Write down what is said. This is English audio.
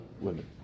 women